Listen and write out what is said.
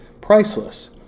priceless